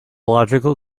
logical